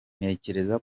ntekereza